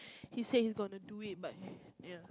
he said he's gonna do it but ya